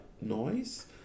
noise